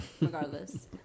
regardless